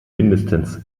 mindestens